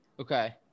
Okay